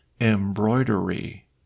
embroidery